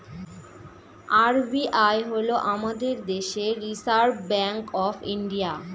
RBI হল আমাদের দেশের রিসার্ভ ব্যাঙ্ক অফ ইন্ডিয়া